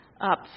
up